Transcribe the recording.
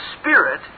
Spirit